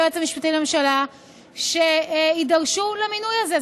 היועץ המשפטי לממשלה יידרשו למינוי הזה.